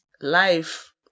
life